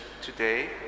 today